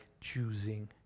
choosing